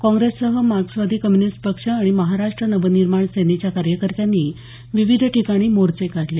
काँग्रेससह मार्क्सवादी कम्युनिस्ट पक्ष आणि महाराष्ट नवनिर्माण सेनेच्या कार्यकर्त्यांनी विविध ठिकाणी मोर्चे काढले